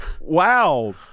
wow